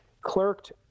clerked